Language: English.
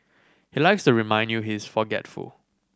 he likes to remind you he is forgetful